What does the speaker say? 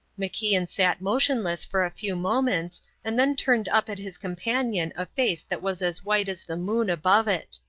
macian sat motionless for a few moments and then turned up at his companion a face that was as white as the moon above it.